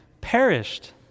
perished